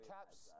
Caps